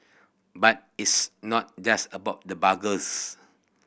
but it's not just about the burgers